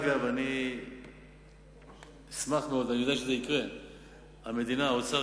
היא אחוז השתתפות הרשות המקומית בתקציב המועצה